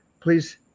please